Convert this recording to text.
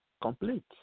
complete